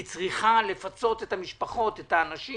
היא צריכה לפצות את המשפחות, את האנשים.